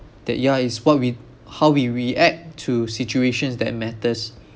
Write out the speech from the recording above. that ya is what we how we react to situations that matters